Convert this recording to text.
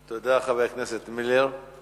תודה, חבר